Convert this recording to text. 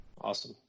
awesome